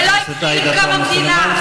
זה לא התחיל בקום המדינה.